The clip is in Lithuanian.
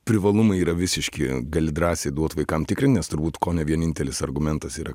privalumai yra visiški gali drąsiai duot vaikam tikrin nes turbūt kone vienintelis argumentas yra